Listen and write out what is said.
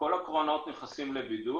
כל הקרונות נכנסים לבידוד.